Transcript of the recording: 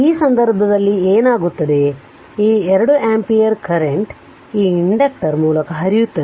ಆದ್ದರಿಂದ ಈ ಸಂದರ್ಭದಲ್ಲಿ ಏನಾಗುತ್ತದೆ ಈ 2 ಆಂಪಿಯರ್ ಕರೆಂಟ್ ಈ ಇಂಡಕ್ಟರ್ ಮೂಲಕ ಹರಿಯುತ್ತದೆ